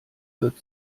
wird